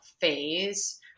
phase